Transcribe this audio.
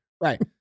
right